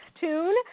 tune